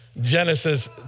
Genesis